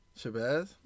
Shabazz